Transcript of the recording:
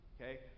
Okay